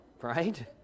Right